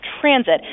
transit